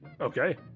okay